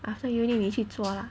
after uni 你去做 lah